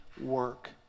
work